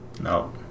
no